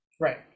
Right